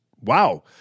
wow